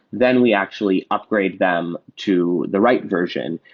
then we actually upgrade them to the right version,